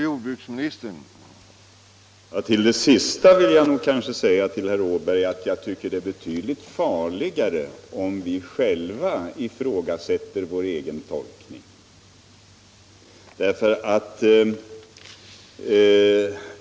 Herr talman! Om det sista vill jag säga till herr Åberg att jag tycker att det är betydligt farligare om vi själva ifrågasätter vår egen tolkning.